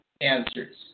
answers